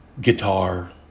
guitar